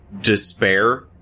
despair